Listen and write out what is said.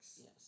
Yes